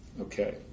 Okay